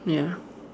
ya